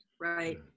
right